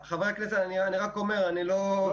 אני רק אומר --- לא,